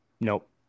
Nope